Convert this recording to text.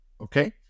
Okay